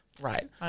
Right